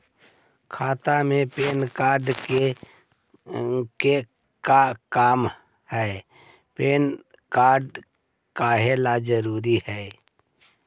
खाता में PAN card के का काम है पैन कार्ड काहे ला जरूरी है?